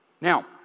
Now